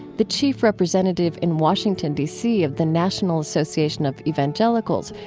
the chief representative in washington, d c, of the national association of evangelicals,